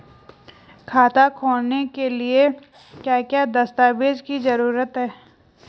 खाता खोलने के लिए क्या क्या दस्तावेज़ की जरूरत है?